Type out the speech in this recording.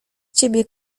ciebie